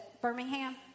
Birmingham